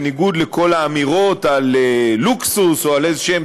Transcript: בניגוד לכל האמירות על לוקסוס או על איזשהם